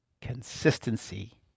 Consistency